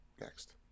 Next